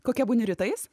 kokia būni rytais